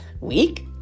week